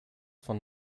von